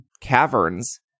caverns